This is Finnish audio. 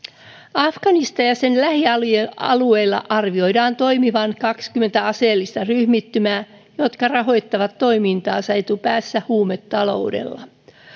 afganistanissa ja sen lähialueilla arvioidaan toimivan kaksikymmentä aseellista ryhmittymää jotka rahoittavat toimintaansa etupäässä huumetaloudella